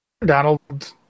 Donald